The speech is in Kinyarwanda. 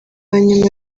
nyuma